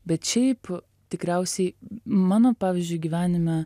bet šiaip tikriausiai mano pavyzdžiui gyvenime